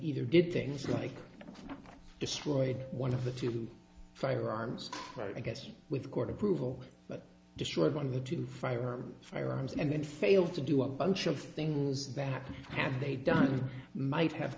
either did things like destroyed one of the two firearms right i guess with court approval but destroyed one of the two firearms firearms and then fail to do a bunch of things that have they done might have